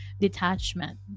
detachment